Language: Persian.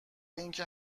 اینکه